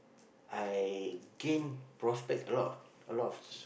I gained prospect a lot of a lot of